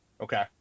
okay